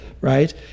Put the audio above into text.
right